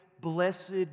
blessed